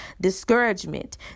discouragement